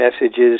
messages